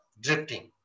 drifting